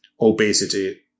obesity